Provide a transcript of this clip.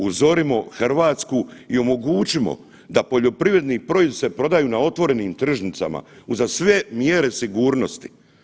Uzorimo Hrvatsku i omogućimo da poljoprivredni proizvodi se prodaju na otvorenim tržnicama uza sve mjere sigurnosti.